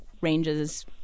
ranges